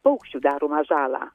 paukščių daromą žalą